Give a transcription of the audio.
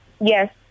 Yes